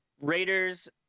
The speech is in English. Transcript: Raiders